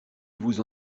vous